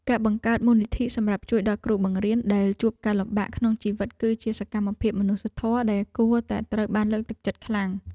ការបង្កើតមូលនិធិសម្រាប់ជួយដល់គ្រូបង្រៀនដែលជួបការលំបាកក្នុងជីវិតគឺជាសកម្មភាពមនុស្សធម៌ដែលគួរតែត្រូវបានលើកទឹកចិត្តខ្លាំង។